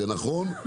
זה נכון,